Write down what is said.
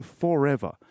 forever